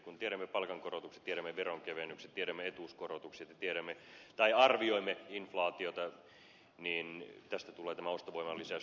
kun tiedämme palkankorotukset tiedämme veronkevennykset tiedämme etuuskorotukset ja arvioimme inflaatiota niin tästä tulee tämä ostovoiman lisäys